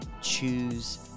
Choose